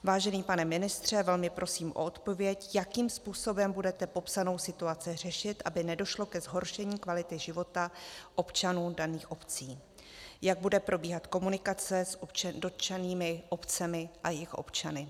Vážený pane ministře, velmi prosím o odpověď, jakým způsobem budete popsanou situaci řešit, aby nedošlo ke zhoršení kvality života občanů daných obcí, jak bude probíhat komunikace s dotčenými obcemi a jejich občany.